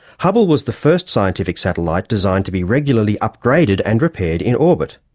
hubble was the first scientific satellite designed to be regularly upgraded and repaired in orbit.